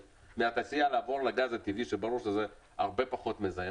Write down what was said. מהתעשייה לעבור לגז הטבעי שברור שזה הרבה פחות מזהם.